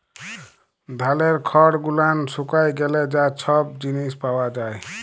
ধালের খড় গুলান শুকায় গ্যালে যা ছব জিলিস পাওয়া যায়